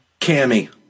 Cammy